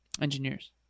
engineers